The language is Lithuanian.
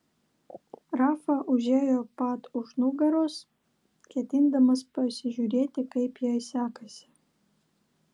rafa užėjo pat už nugaros ketindamas pasižiūrėti kaip jai sekasi